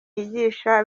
yigisha